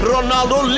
Ronaldo